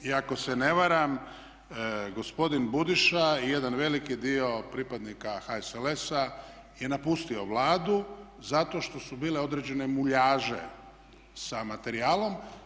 I ako se ne varam gospodin Budiša i jedan veliki dio pripadnika HSLS-a je napustio Vladu zato što su bile određene muljaže sa materijalom.